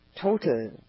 total